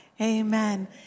Amen